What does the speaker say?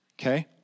Okay